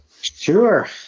Sure